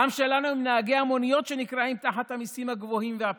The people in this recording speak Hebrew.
העם שלנו הם נהגי המוניות שנקרעים תחת המיסים הגבוהים והפקקים,